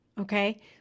Okay